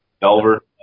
Delver